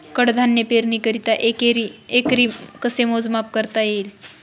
कडधान्य पेरणीकरिता एकरी कसे मोजमाप करता येईल?